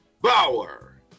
Bauer